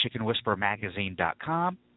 chickenwhisperermagazine.com